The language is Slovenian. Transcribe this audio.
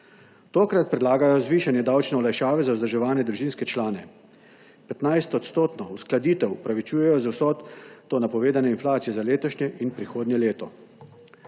Tokrat predlagajo zvišanje davčne olajšave za vzdrževane družinske člane. 15-odstotno uskladitev upravičujejo z vsoto napovedane inflacije za letošnje in prihodnje leto.